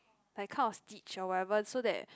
like kind of stitch or whatever so that